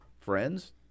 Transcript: friends